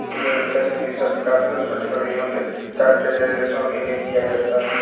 baby Kashmiri शब्द का प्रयोग छोटी बकरियों के काटे गए रेशो के लिए किया जाता है